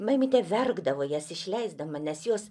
mamytė verkdavo jas išleisdama nes jos